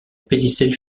pédicelle